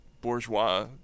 Bourgeois